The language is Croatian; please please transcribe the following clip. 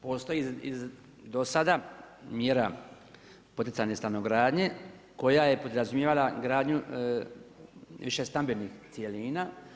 Postoji do sada mjera poticane stanogradnje koja je podrazumijevala gradnju više stambenih cjelina.